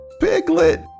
Piglet